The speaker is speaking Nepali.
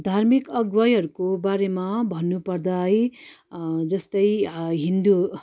धार्मिक अगुवाइहरूको बारेमा भन्नु पर्दा है जस्तै हिन्दू